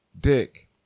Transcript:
dick